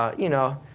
ah you know,